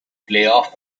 playoff